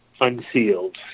unsealed